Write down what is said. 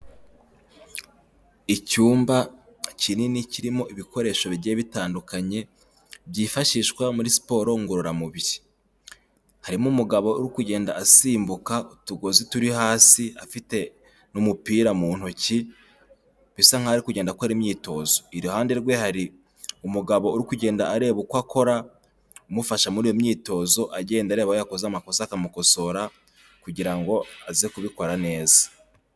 Icyumba kinini kirimo ibikoresho bigiye bitandukanye byifashishwa muri siporo ngororamubiri, harimo umugabo uri kugenda asimbuka utugozi turi hasi afite n'umupira mu ntoki, bisa nkaho ari kugenda akora imyitozo, iruhande rwe hari umugabo uri kugenda areba uko akora, umufasha muri iyo myitozo, agenda areba aho yakoze amakosa akamukosora kugira ngo aze kubikora neza.